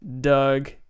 Doug